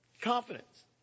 Confidence